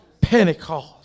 Pentecost